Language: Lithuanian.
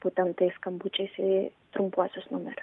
būtent tais skambučiais į trumpuosius numerius